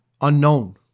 unknown